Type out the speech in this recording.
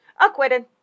Acquitted